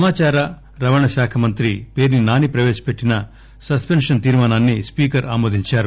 సమాచార రవాణా శాఖ మంత్రి పేర్సి నాని ప్రవేశపెట్టిన సస్పెన్షన్ తీర్మానాన్సి స్పీకర్ ఆమోదించారు